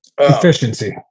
Efficiency